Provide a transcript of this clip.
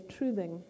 truthing